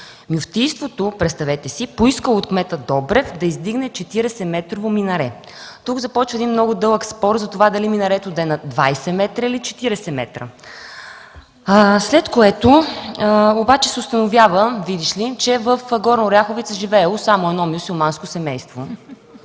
Мюфтийството – представете си – поискало от кмета Добрев да издигне 40-метрово минаре. Тук започва много дълъг спор дали минарето да бъде 20 или 40 метра. След това обаче се установява, че в Горна Оряховица живеело само едно мюсюлманско семейство.